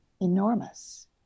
enormous